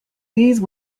these